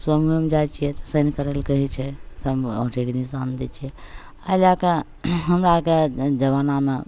मे जाए छिए तऽ साइन करै ले कहै छै साइन औँठेके निशान दै छिए एहि लैके हमरा आओरके जमानामे